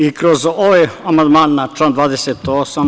I kroz ovaj amandman na član 28.